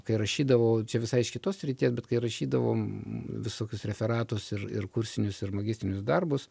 kai rašydavau visai iš kitos srities bet kai rašydavom visokius referatus ir ir kursinius ir magistrinius darbus